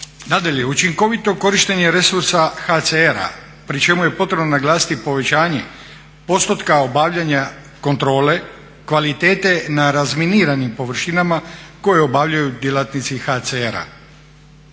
učinkovito korištenje resursa HCR-a pri čemu je potrebno naglasiti povećanje postotka obavljanja kontrole kvalitete na razminiranim površinama koje obavljaju djelatnici HCR-a.